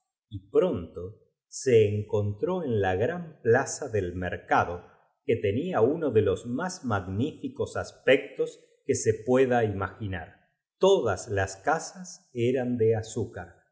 y pronto se encontr ó en la gran plaza del pital fercado que tenía uno de los más magníficos aspectos que so pueda imagin ar las últimas ramas y qued ó estupefacta al todas las casas eran do azúcar